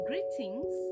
Greetings